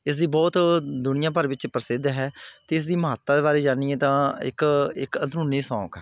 ਇਸਦੀ ਬਹੁਤ ਦੁਨੀਆਂ ਭਰ ਵਿੱਚ ਪ੍ਰਸਿੱਧ ਹੈ ਅਤੇ ਇਸ ਦੀ ਮਹੱਤਤਾ ਬਾਰੇ ਜਾਣੀਏ ਤਾਂ ਇੱਕ ਇੱਕ ਅਧੂਨੀ ਸੌਂਕ